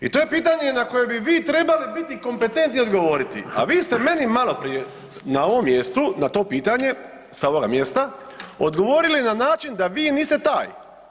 I to je pitanje na koje bi vi trebali biti kompetentni i odgovoriti, a vi ste meni maloprije na ovom mjestu na to pitanje sa ovoga mjesta odgovorili na način da vi niste taj.